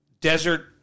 desert